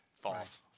False